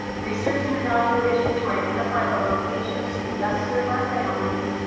research and evaluation to identify the locations to best serve our families,